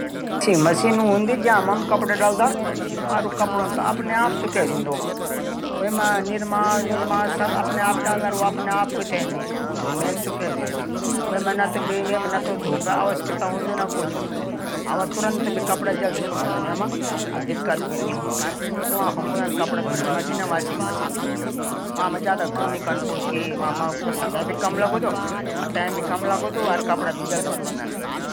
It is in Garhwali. जींस मा छुटी जेब घडी रखणा कू हूदी जैकू वॉच पौकेट बुलदा। छुटा. सिक्का कार्ड टिकट रख सकिदा हम।